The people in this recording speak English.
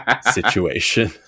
situation